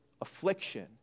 affliction